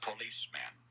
policeman